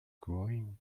groin